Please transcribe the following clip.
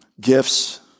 Gifts